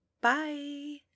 Bye